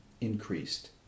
increased